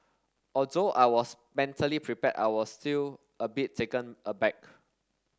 although I was mentally prepared I was still a bit taken aback